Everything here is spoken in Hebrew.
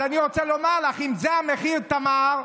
אז אני רוצה לומר לך: אם זה המחיר, תמר,